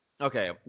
Okay